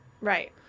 Right